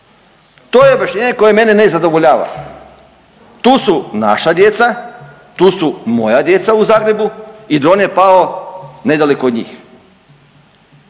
To je objašnjenje koje mene ne zadovoljava. Tu su naša djeca, tu su moja djeca u Zagrebu i dron je pao nedaleko od njih.